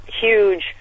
huge